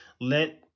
let